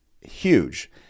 huge